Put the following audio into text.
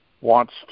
wants